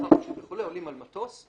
עולים על מטוס,